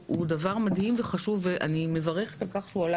הוא דבר מדהים וחשוב ואני מברכת על כך שהוא עלה